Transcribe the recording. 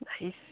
Nice